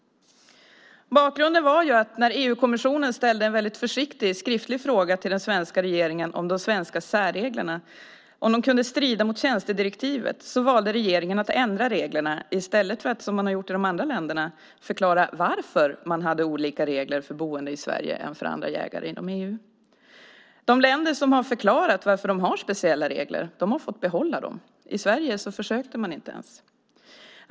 Bakgrunden är att när EU-kommissionen ställde en försiktig skriftlig fråga till regeringen om de svenska särreglerna, om de kunde strida mot tjänstedirektivet, valde regeringen att ändra reglerna i stället för att, som man gjort i andra länder, förklara varför man hade olika regler för boende i Sverige och andra jägare inom EU. De länder som förklarat varför de har speciella regler har fått behålla dem. I Sverige försökte man inte ens.